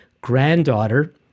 granddaughter